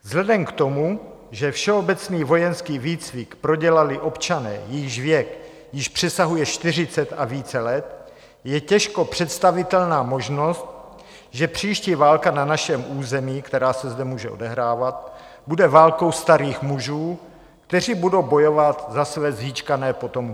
Vzhledem k tomu, že všeobecný vojenský výcvik prodělali občané, jejichž věk již přesahuje čtyřicet a více let, je těžko představitelná možnost, že příští válka na našem území, která se zde může odehrávat, bude válkou starých mužů, kteří budou bojovat za své zhýčkané potomky.